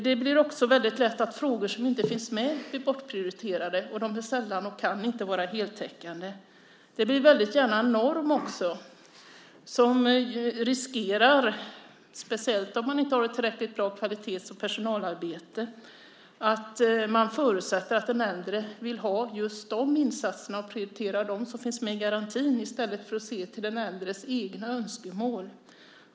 Det blir också väldigt lätt att frågor som inte finns med blir bortprioriterade. Det kan sällan vara, och är inte, heltäckande. Det blir också väldigt gärna en norm. Det innebär risker, speciellt om man inte har ett riktigt bra kvalitets och personalarbete. Man förutsätter att den äldre vill ha just dessa insatser och prioriterar dem som finns med i garantin i stället för att se till den äldres egna önskemål.